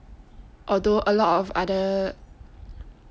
although a lot of other